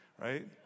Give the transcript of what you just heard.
Right